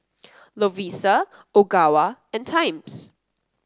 Lovisa Ogawa and Times